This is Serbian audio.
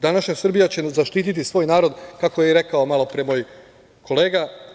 Današnja Srbija će zaštiti svoj narod, kako je i rekao malopre moj kolega.